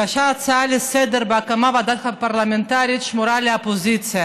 הגשת הצעה לסדר-היום להקמת ועדת חקירה פרלמנטרית שמורה לאופוזיציה.